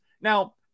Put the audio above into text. Now